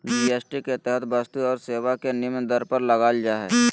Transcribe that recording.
GST के तहत वस्तु और सेवा के निम्न दर पर लगल जा हइ